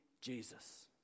Jesus